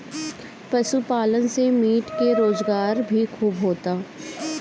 पशुपालन से मीट के रोजगार भी खूब होता